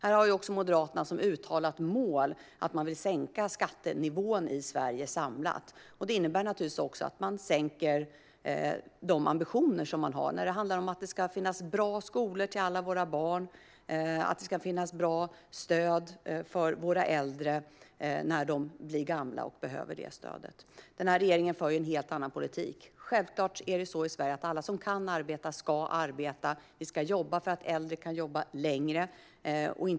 Här har också Moderaterna som uttalat mål att sänka skattenivån i Sverige samlat. Det innebär naturligtvis också att de sänker sina ambitioner när det handlar om att det ska finnas bra skolor till alla våra barn och att det ska finnas bra stöd för våra äldre när de blir gamla och behöver detta stöd. Regeringen för en helt annan politik. Självklart är det så i Sverige att alla som kan arbeta ska arbeta. Vi ska jobba för att äldre kan jobba längre.